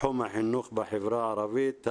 בתחום החינוך בחברה הערבית.